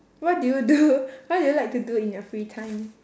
what do you do what do you like to do in your free time